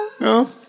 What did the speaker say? No